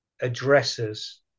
addresses